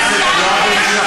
תודה.